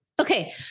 Okay